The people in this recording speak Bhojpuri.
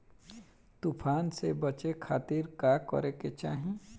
तूफान से बचे खातिर का करे के चाहीं?